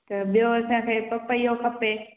ॿियों असांखे पपइयो खपे